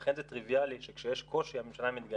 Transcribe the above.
לכן זה טריוויאלי שכשיש קושי, הממשלה מתגייסת.